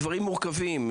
הדברים מורכבים,